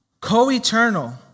co-eternal